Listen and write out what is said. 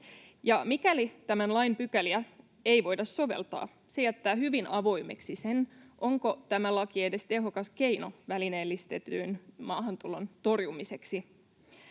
mikäli tämän lain pykäliä ei voida soveltaa, se jättää hyvin avoimeksi sen, onko tämä laki edes tehokas keino välineellistetyn maahantulon torjumiseksi.